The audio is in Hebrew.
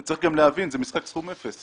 צריך להבין שזה משחק סכום אפס.